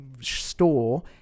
store